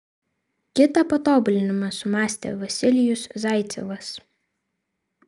kitą patobulinimą sumąstė vasilijus zaicevas